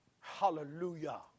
Hallelujah